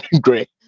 great